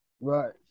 Right